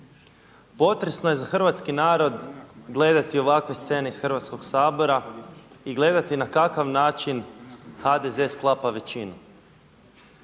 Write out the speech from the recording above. potresno je za hrvatski narod gledati ovakve scene iz Hrvatskog sabora i gledati na kakav način HDZ sklapa većinu.